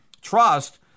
trust